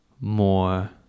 more